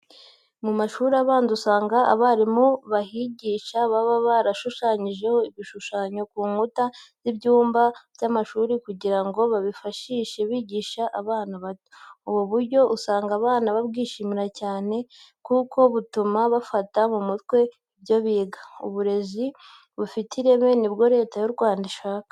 Mu mashuri abanza usanga abarimu bahigisha baba barashushanyije ibishushanyo ku nkuta z'ibyumba by'amashuri kugira ngo babyifashishe bigisha abana bato. Ubu buryo usanga abana babwishimira cyane kandi butuma bafata mu mutwe ibyo biga. Uburezi ufite ireme ni bwo Leta y'u Rwanda ishaka.